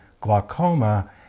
glaucoma